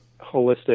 holistic